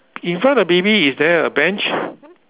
in front of the baby is there a bench